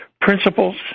Principles